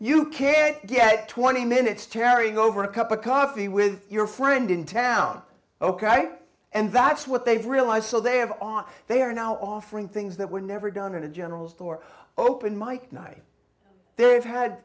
you can't get twenty minutes tearing over a cup of coffee with your friend in town ok and that's what they've realised so they have on they are now offering things that were never done in a general store open mike night they've had